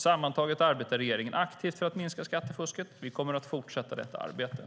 Sammantaget arbetar regeringen aktivt för att minska skattefusket. Vi kommer att fortsätta det arbetet.